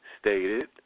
stated